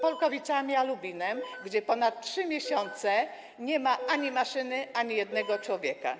Polkowicami a Lubinem, gdzie ponad 3 miesiące nie ma ani maszyny, ani jednego człowieka?